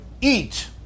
eat